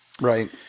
Right